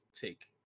take